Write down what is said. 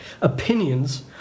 Opinions